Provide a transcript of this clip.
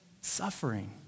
suffering